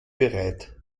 bereit